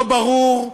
לא ברור,